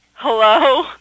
Hello